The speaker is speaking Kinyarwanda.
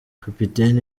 kapiteni